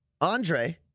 Andre